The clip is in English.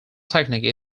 technique